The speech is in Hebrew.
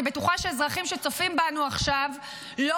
אני בטוחה שאזרחים שצופים בנו עכשיו לא